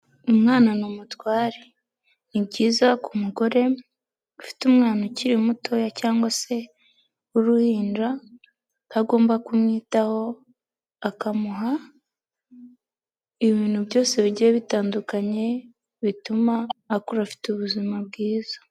Umwana ni umutware. Ni byiza ku mugore ufite umwana ukiri mutoya cyangwa se w'uruhinja ko agomba kumwitaho, akamuha ibintu byose bigiye bitandukanye bituma akura afite ubuzima bwiza.